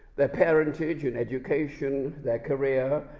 their parentage and education, their career,